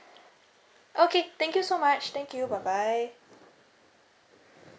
okay thank you so much thank you bye bye